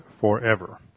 forever